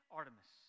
Artemis